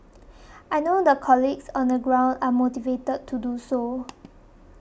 I know the colleagues on the ground are motivated to do so